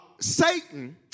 Satan